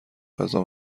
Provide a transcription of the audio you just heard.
غذا